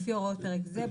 לפי הוראות פרק זה,